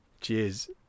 Cheers